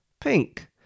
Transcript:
pink